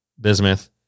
bismuth